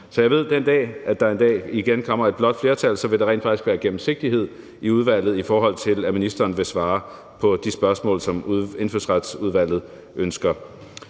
Så jeg ved, at den dag, hvor der igen kommer et blåt flertal, så vil der rent faktisk være gennemsigtighed i udvalget, i forhold til at ministeren vil svare på de spørgsmål, som Indfødsretsudvalget ønsker